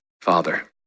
father